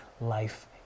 life